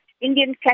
Indian